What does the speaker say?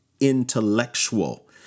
intellectual